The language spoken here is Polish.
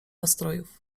nastrojów